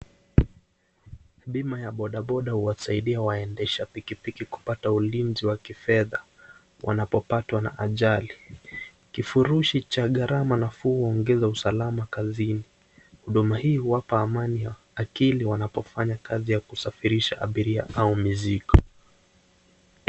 Bima ya bodobado huwasaidia waendesha pikipiki kupata ulizia Wa kifedha wanapo patwa na ajali, kifurushi cha gharama nafuu huongeza usalama kazini, huduma hii huwapa amani ya akili wanapo fanya kazi ya kuwasafirisha abiria ama mizigo.